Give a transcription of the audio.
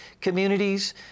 communities